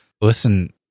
listen